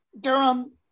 Durham